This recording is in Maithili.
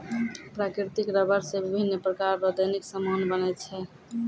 प्राकृतिक रबर से बिभिन्य प्रकार रो दैनिक समान बनै छै